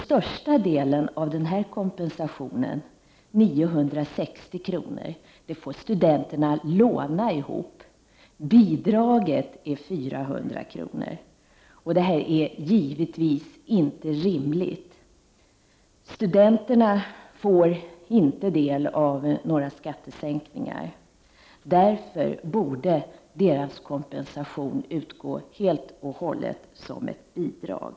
Största delen av den här kompensationen, 960 kr., får studenterna låna ihop. Bidraget är 400 kr. Detta är givetvis inte rimligt. Studenterna får inte del av några skattesänkningar. Deras kompensation borde därför helt och hållet utgå som ett bidrag.